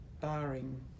barring